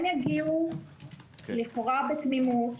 הם יגיעו לכאורה בתמימות